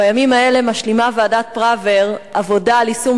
בימים אלה משלימה ועדת-פראוור עבודה על יישום